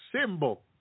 symbol